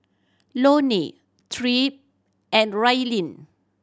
Loney Tripp and Raelynn